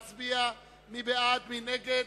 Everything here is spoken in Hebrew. אבל אני מכריז שהוא הצביע בעד כאשר רצה להצביע נגד.